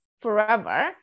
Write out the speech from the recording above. forever